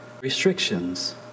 restrictions